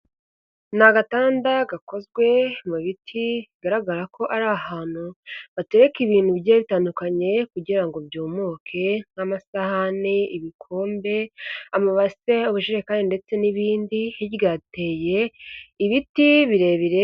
Ni agatanda gakozwe mu biti, bigaragara ko ari ahantu batereka ibintu bigiye bitandukanye kugira ngo byumuke nk'amasahani, ibikombe, amabase, amajerekani ndetse n'ibindi, hirya hateye ibiti birebire.